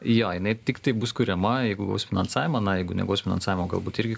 jo jinai tiktai bus kuriama jeigu gaus finansavimą na jeigu negaus finansavimo galbūt irgi